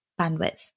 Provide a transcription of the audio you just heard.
bandwidth